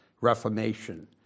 Reformation